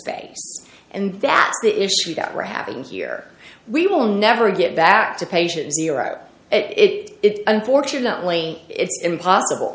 space and that the issue that we're having here we will never get back to patients it unfortunately it's impossible